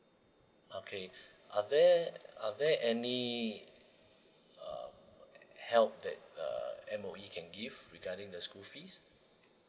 okay are there are there any uh help that the M_O_E can give regarding the school fees